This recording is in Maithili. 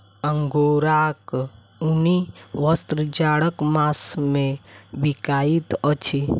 अंगोराक ऊनी वस्त्र जाड़क मास मे बिकाइत अछि